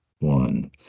one